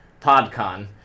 PodCon